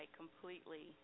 completely